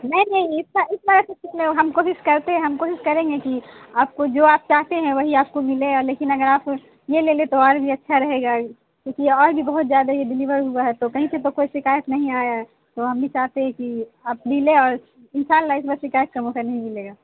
نہیں نہیں اس بار اس بار ایسا کچھ نہیں ہم کوشش کرتے ہیں ہم کوشش کریں گے کہ آپ کو جو آپ چاہتے ہیں وہی آپ کو ملے لیکن اگر آپ یہ لے لیں تو اور بھی اچھا رہے گا کیوںکہ اور بھی بہت زیادہ یہ ڈیلیور ہوا ہے تو کہیں سے تو کوئی شکایت نہیں آیا ہے تو ہم بھی چاہتے ہیں کہ آپ لے لیں اور ان شاء اللہ اس بار شکایت کا موقع نہیں ملے گا